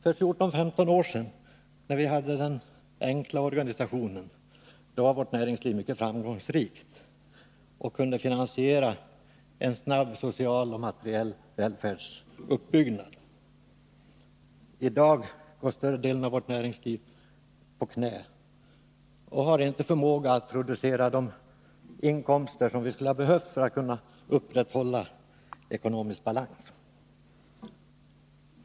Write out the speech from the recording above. För 14-15 år sedan, när vi hade den enkla organisationen, var vårt näringsliv mycket framgångsrikt och kunde finansiera en snabb social och materiell välfärdsuppbyggnad. I dag går större delen av vårt näringsliv på knä och har inte förmåga att få fram de inkomster som vi skulle ha behövt för att upprätthålla ekonomisk balans.